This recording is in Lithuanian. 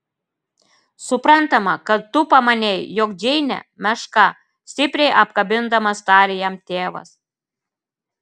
suprantama kad tu pamanei jog džeinė meška stipriai apkabindamas tarė jam tėvas